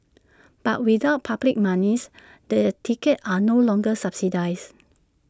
but without public monies the tickets are no longer subsidised